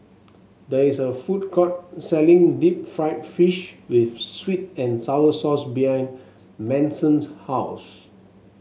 there is a food court selling Deep Fried Fish with sweet and sour sauce behind Manson's house